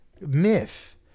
myth